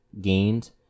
gained